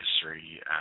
history